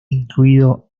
incluido